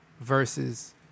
versus